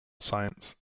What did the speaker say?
science